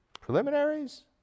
preliminaries